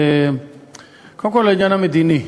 קודם כול לעניין המדיני,